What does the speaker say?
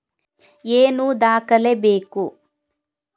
ಏನು ದಾಖಲೆ ಬೇಕು?